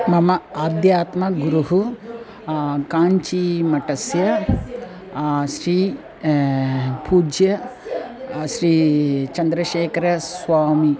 मम आध्यात्मगुरुः काञ्चीमठस्य श्री पूज्यः श्री चन्द्रशेखरस्वामी